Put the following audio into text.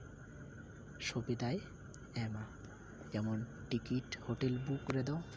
ᱥᱩᱵᱤᱫᱟᱭ ᱮᱢᱟ ᱡᱮᱢᱚᱱ ticket hotel book ᱨᱮᱫᱚ